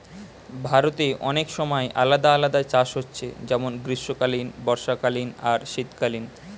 ভারতে অনেক সময় আলাদা আলাদা চাষ হচ্ছে যেমন গ্রীষ্মকালীন, বর্ষাকালীন আর শীতকালীন